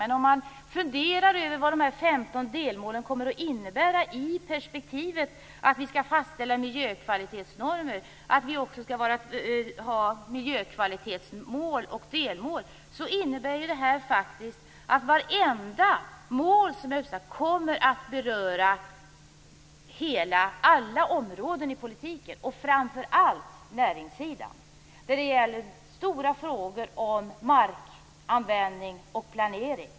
Men om man funderar över vad de 15 delmålen kommer att innebära i det perspektivet att vi skall fastställa miljökvalitetsnormer, att vi skall ha miljökvalitetsmål och delmål, är det att vartenda mål som är uppsatt kommer att beröra alla områden i politiken och framför allt näringssidan, där det gäller stora frågor om markanvändning och planering.